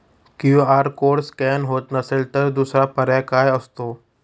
QR code scan होत नसेल तर दुसरा पर्याय काय असतो?